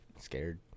scared